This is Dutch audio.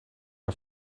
een